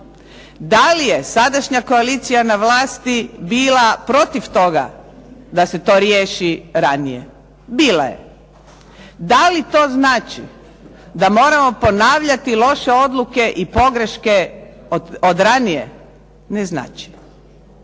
Da li je sadašnja koalicija na vlasti bila protiv toga da se to riješi ranije? Bila je. Da li to znači da moramo ponavljati loše odluke i pogreške od ranije? Ne znači.